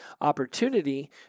opportunity